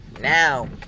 Now